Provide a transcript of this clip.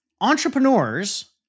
entrepreneurs